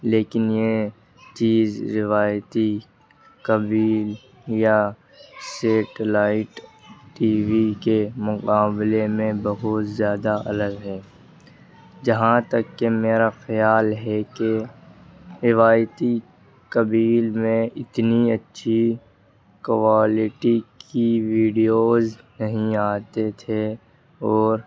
لیکن یہ چیز روایتی کبھی یا سیٹیلائٹ ٹی وی کے مقابلے میں بہت زیادہ الگ ہے جہاں تک کہ میرا خیال ہے کہ روایتی قبیل میں اتنی اچّھی کوالیٹی کی ویڈیوز نہیں آتے تھے اور